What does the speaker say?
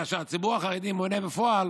כאשר הציבור החרדי מונה בפועל